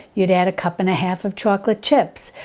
you'd add a cup and a half of chocolate chips.